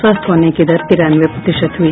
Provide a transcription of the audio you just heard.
स्वस्थ होने की दर तिरानवे प्रतिशत हुई